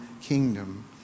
kingdom